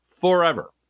forever